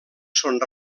són